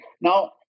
now